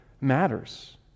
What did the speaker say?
matters